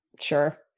sure